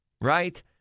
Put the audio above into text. right